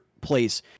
place